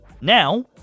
now